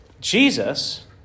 Jesus